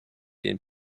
den